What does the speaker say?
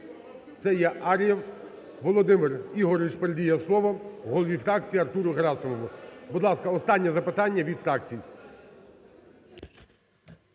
це є Ар'єв Володимир Ігоревич передає слово голові фракції Артуру Герасимову. Будь ласка, останнє запитання від фракцій.